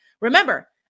Remember